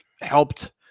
helped